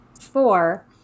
four